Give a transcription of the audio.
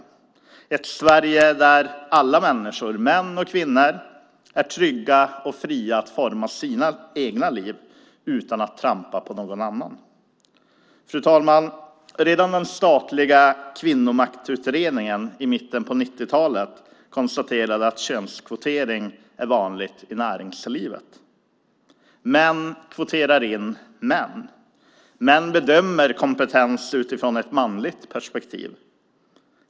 Det är ett Sverige där alla människor, män och kvinnor, är trygga och fria att forma sina egna liv, utan att trampa på någon annan. Fru talman! Den statliga Kvinnomaktutredningen konstaterade redan i mitten av 90-talet att könskvotering var vanligt i näringslivet. Män kvoterar in män. Män bedömer kompetens utifrån ett manligt perspektiv.